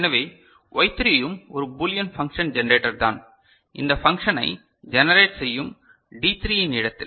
எனவே Y3 உம் ஒரு பூலியன் பங்க்ஷன் ஜெனரேட்டர் தான் இந்த பங்க்ஷன் ஐ ஜெனரேட் செய்யும் D3 இன் இடத்தில்